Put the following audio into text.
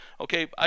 Okay